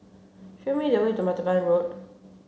show me the way to Martaban Road